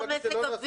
לא מזג אוויר,